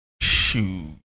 Shoot